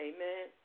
Amen